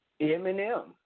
Eminem